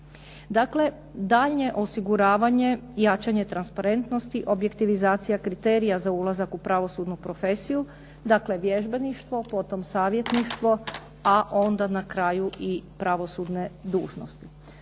Dakle, daljnje osiguravanje, jačanje transparentnosti, objektivizacija kriterija za ulazak u pravosudnu profesiju, dakle vježbeništvo, potom savjetništvo a onda na kraju i pravosudne dužnosti.